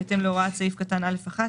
בהתאם להוראת סעיף קטן (א1),